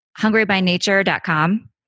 hungrybynature.com